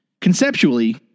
conceptually